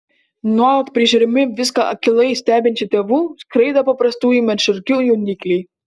nuolat prižiūrimi viską akylai stebinčių tėvų skraido paprastųjų medšarkių jaunikliai